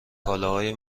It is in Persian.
کالاهای